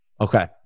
Okay